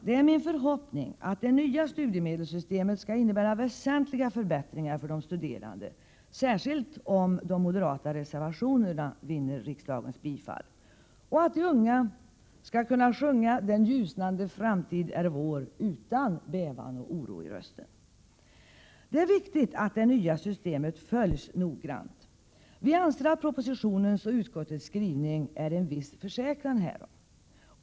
Det är min förhoppning att det nya studiemedelssystemet skall innebära väsentliga förbättringar för de studerande — särskilt om de moderata reservationerna vinner riksdagens bifall — och att de unga skall kunna sjunga ”den ljusnande framtid är vår” utan bävan och oro i rösten. Det är viktigt att det nya systemet följs noggrant. Vi anser att skrivningen i propositionen och i utskottsbetänkandet är en viss försäkran härom.